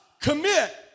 commit